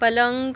पलंग